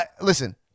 listen